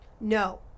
No